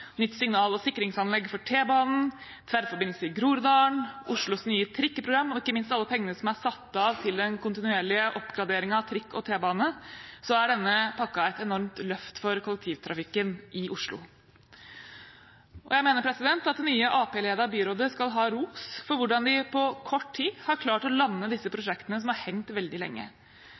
nytt signal- og sikringsanlegg for T-banen, tverrforbindelse i Groruddalen, Oslos nye trikkeprogram og ikke minst alle pengene som er satt av til den kontinuerlige oppgraderingen av trikk og T-bane, er denne pakken et enormt løft for kollektivtrafikken i Oslo. Jeg mener at det nye, Arbeiderparti-ledede byrådet skal ha ros for hvordan de på kort tid har klart å lande disse prosjektene, som har hengt veldig lenge.